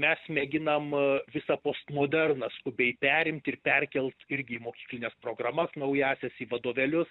mes mėginam visą postmoderną skubiai perimt ir perkelt irgi mokyklines programas naująsias į vadovėlius